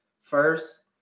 first